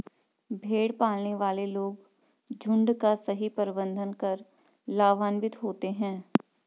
भेड़ पालने वाले लोग झुंड का सही प्रबंधन कर लाभान्वित होते हैं